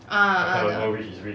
ah ah that [one]